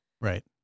Right